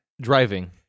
driving